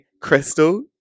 Crystal